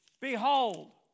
Behold